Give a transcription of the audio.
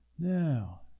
Now